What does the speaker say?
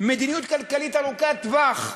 מדיניות כלכלית ארוכת טווח,